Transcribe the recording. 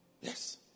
Yes